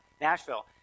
Nashville